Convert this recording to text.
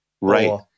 Right